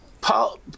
Paul